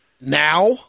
Now